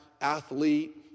athlete